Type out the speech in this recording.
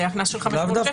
זה היה קנס של 500 שקל.